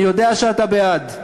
אני יודע שאתה בעד.